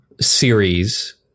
series